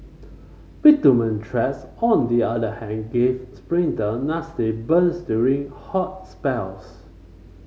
bitumen tracks on the other hand gave sprinter nasty burns during hot spells